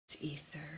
ether